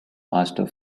master